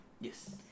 Yes